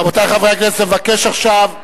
רבותי חברי הכנסת, אני מבקש עכשיו,